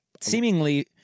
seemingly